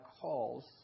calls